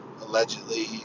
allegedly